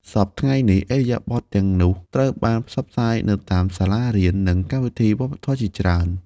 សព្វថ្ងៃនេះ ឥរិយាបថទាំងនោះត្រូវបានផ្សព្វផ្សាយនៅតាមសាលារៀន និងកម្មវិធីវប្បធម៌ជាច្រើន។